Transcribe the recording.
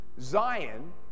Zion